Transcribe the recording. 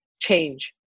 change